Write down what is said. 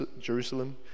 Jerusalem